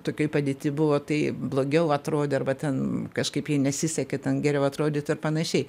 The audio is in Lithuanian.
tokioj padėty buvo tai blogiau atrodė arba ten kažkaip jai nesisekė ten geriau atrodyt ir panašiai